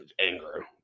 anger